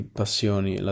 passioni